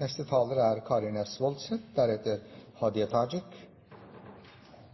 heretter får ordet, har en taletid på inntil 3 minutter. I år var